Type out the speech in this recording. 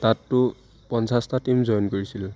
তাতো পঞ্চাছটা টীমে জইন কৰিছিল